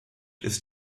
ist